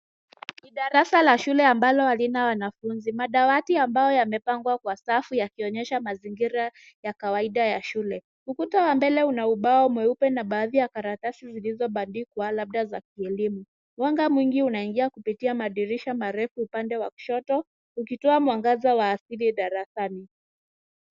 Ni darasa la shule ambalo halina wanafunzi. Madawati ya mbao yamepangwa kwa safu yakionyesha mazingira ya kawaida ya shule. Ukuta wa mbele una ubao mweupe na baadhi ya karatasi zilizobandikwa labda za kielimu. Mwanga mwingi unaingia kupitia madirisha marefu upande wa kushoto ukitoa mwangaza wa asili darasani.